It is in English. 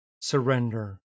surrender